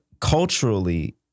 culturally